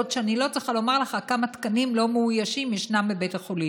ואני לא צריכה לומר לך כמה תקנים לא מאוישים יש בבתי החולים.